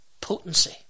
potency